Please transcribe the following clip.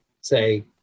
Say